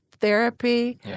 therapy